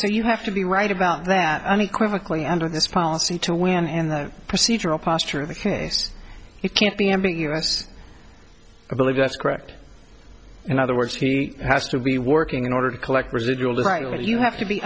so you have to be right about that unequivocally under this policy to win and the procedural posture of the it can't be ambiguous i believe that's correct another word has to be working in order to collect residuals right you have to be